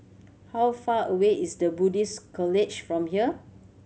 how far away is The Buddhist College from here